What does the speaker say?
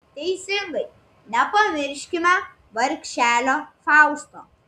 teisingai nepamirškime vargšelio fausto